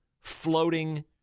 floating